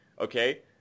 Okay